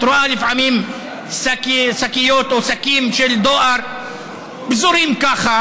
את רואה לפעמים שקיות או שקים של דואר פזורים ככה,